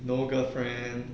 no girlfriend